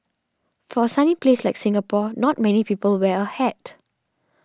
for a sunny place like Singapore not many people wear a hat